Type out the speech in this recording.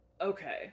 okay